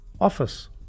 office